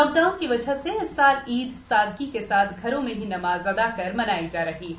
lockdown की वजह से इस साल ईद सादगी के साथ घरों में ही नमाज अदा कर मनाई जा रही है